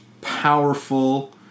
powerful